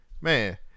Man